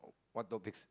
what topics